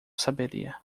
saberia